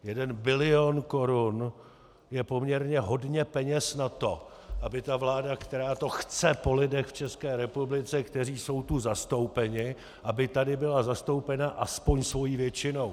Jeden bilion korun je poměrně hodně peněz na to, aby vláda, která to chce po lidech v České republice, kteří jsou tu zastoupeni, byla tady zastoupena alespoň svou většinou.